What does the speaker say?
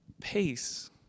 Peace